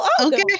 Okay